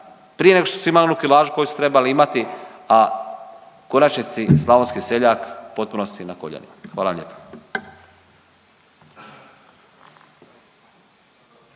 prije nego što su imali onu kilažu koju su trebali imati, a u konačnici, slavonski seljak u potpunosti na koljenima. Hvala vam lijepa.